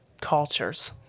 cultures